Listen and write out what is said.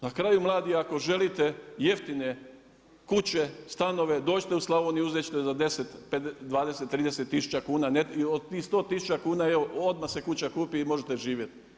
Na kraju mladi ako želite jeftine kuće, stanove dođite u Slavoniju, uzet ćete za 10, 20, 30 tisuća kuna i od tih 100 tisuća kuna odmah se kuća kupi i možete živjeti.